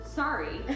sorry